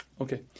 okay